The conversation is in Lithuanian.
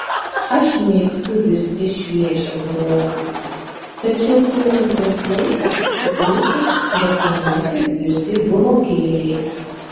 aš mėgstu virti šviežią buroką tačiau taupantiems laiką tikrai tiks vakuumuoti virti burokėliai